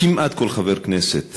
כמעט כל חבר כנסת